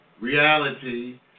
reality